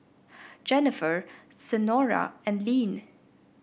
Jennifer Senora and Lynne